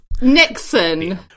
Nixon